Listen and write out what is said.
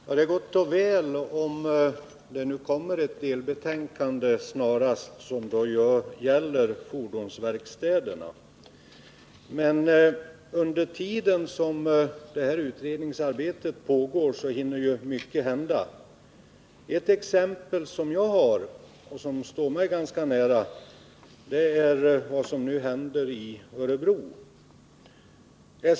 Herr talman! Det är gott och väl och det kommer ett delbetänkande snarast om fordonsverkstäderna. Men under tiden som detta utredningsarbete pågår hinner mycket hända. Jag kan anföra ett exempel som ligger mig ganska nära, och det gäller vad som nu händer i Örebro.